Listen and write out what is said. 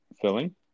filling